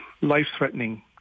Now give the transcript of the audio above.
life-threatening